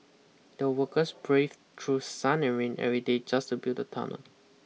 the workers braved through sun and rain every day just to build the tunnel